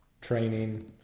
training